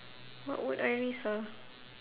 what would I risk ah